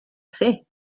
fer